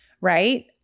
right